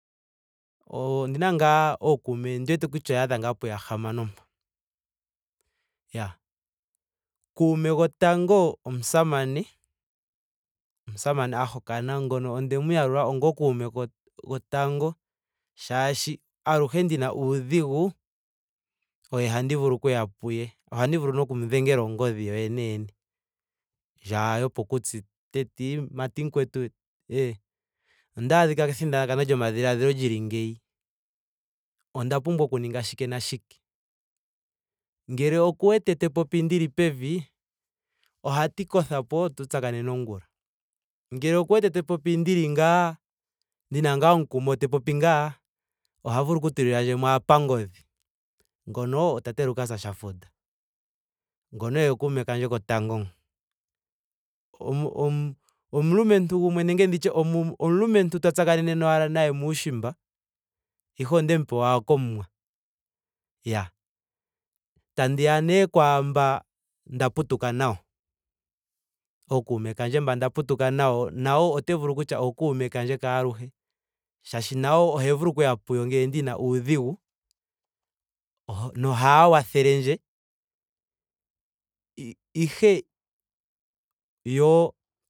O- ondina ngaa ookume ondi wete kutya oyaadha ngaa puyahamano mpo. Iyaa kuume gotango omusamane. omusamane a hokana. ngono ondemu yalula onga kuume ko- gotango. shaashi aluhe ndina uudhigu oye handi vulu okuya puye. Ohandi vulu nokumu dhengela ongodhi yoyene yene. Ndjo ashike yopokutsi teti mumati mukwetu. ee ondaadhika kethindakano lyomadhiladhilo lili ngeyi. onda pumbwa oku ninga shike nashike? Ngele oku wete te popi ndili pevi. ohati kothapo tu tsakanene ongula. Ngele oku wete te popi ndili ndina ngaa omukumo te popi ngaa. oha vulu ashike oku tulilandjemo pangodhi. Ngono o tate lukas shafuda. Ngono oye kuume kandje gotango ngo. Omu- omulumentu gumwe nenge ndi tye omu- omulumentu twa tsakanene owala naye muushiimba ihe ondemuu pewa ashike komuwa. Iyaa. Tandiya nee kwaamba nda putuka nayo. ookume kandje mba nda putuka nayo. nayo ote vulu okutya ookuume kandje kaaluhe shaashi nayo ohe vulu okuya puyo ngele ndina udhigu. nohandi nohaa wathelendje. ihe yo